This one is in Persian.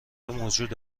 موجود